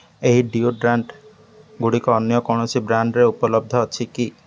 ଏହି ଡ଼ିଓଡ୍ରାଣ୍ଟ୍ଗୁଡ଼ିକ ଅନ୍ୟ କୌଣସି ବ୍ରାଣ୍ଡ୍ରେ ଉପଲବ୍ଧ ଅଛି କି